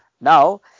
Now